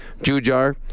Jujar